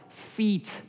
feet